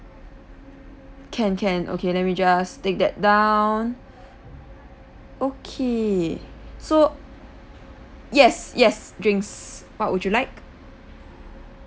can can okay let me just take that down okay so yes yes drinks what would you like